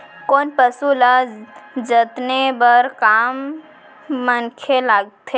कोन पसु ल जतने बर कम मनखे लागथे?